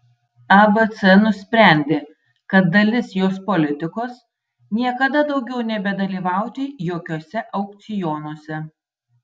abc nusprendė kad dalis jos politikos niekada daugiau nebedalyvauti jokiuose aukcionuose